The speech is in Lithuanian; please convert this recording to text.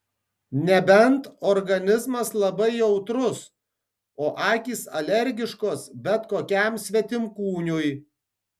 nebent organizmas labai jautrus o akys alergiškos bet kokiam svetimkūniui